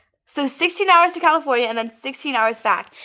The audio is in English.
so sixteen hours to california and then sixteen hours back.